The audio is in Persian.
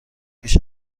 بیش